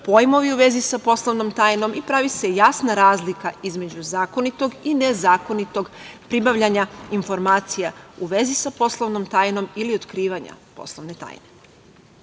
pojmovi u vezi sa poslovnom tajnom i pravi se jasna razlika između zakonitog i nezakonitog pribavljanja informacija u vezi sa poslovnom tajnom ili otkrivanja poslovne tajne. Ovaj